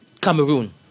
Cameroon